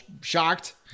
shocked